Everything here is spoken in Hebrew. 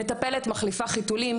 מטפלת מחליפה חיתולים,